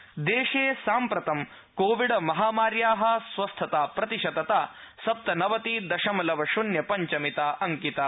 corona अपडप देशे साम्प्रतं कोविड महामार्या स्वस्थ्यताप्रतिशतता सप्तनवति दशमलवशून्यपञ्चमिता अंकिता